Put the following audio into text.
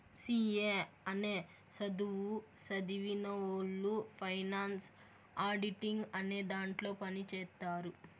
C A అనే సధువు సదివినవొళ్ళు ఫైనాన్స్ ఆడిటింగ్ అనే దాంట్లో పని చేత్తారు